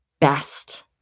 best